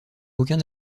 aucun